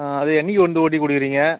ஆ அது என்னக்கு வந்து ஓட்டி கொடுக்குறீங்க